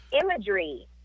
imagery